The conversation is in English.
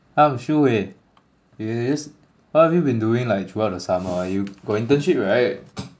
hi I'm shu wei it is what have you been doing like throughout the summer you got internship right